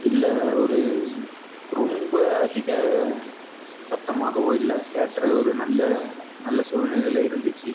இல்லை ஒரு ரொம்ப அதிக சத்தமாகவோ இல்லை தியேட்டரு ஒரு நல்ல நல்ல சூழ்நிலையில் இருந்துச்சு